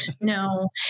No